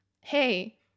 hey